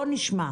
בואו נשמע.